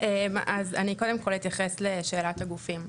אז אני קודם כל אתייחס לשאלת הגופים.